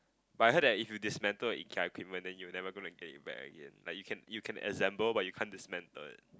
but I heard that if you dismantle a Ikea equipment then you're never gonna get it back again like you can you can assemble but you can't dismantle it